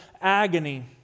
agony